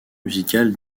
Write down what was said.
musical